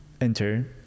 enter